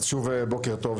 בוקר טוב.